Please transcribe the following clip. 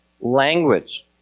language